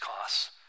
costs